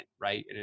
Right